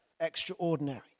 extraordinary